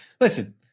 listen